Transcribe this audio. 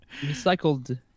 recycled